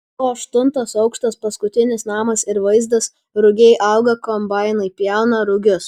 buvo aštuntas aukštas paskutinis namas ir vaizdas rugiai auga kombainai pjauna rugius